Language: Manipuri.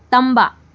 ꯇꯝꯕ